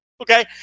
Okay